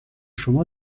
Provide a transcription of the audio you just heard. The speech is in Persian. شما